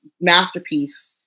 Masterpiece